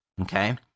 Okay